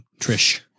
Trish